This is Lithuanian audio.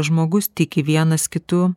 žmogus tiki vienas kitu